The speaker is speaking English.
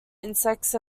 insects